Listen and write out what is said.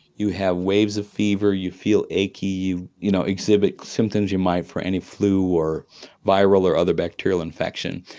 you have waves of fever, you feel achy, you you know exhibit symptoms you might for any flu or viral or other bacterial infection.